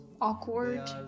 awkward